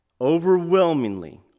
Overwhelmingly